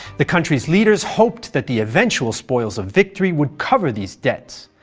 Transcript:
the country's leaders hoped that the eventual spoils of victory would cover these debts,